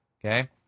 Okay